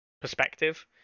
perspective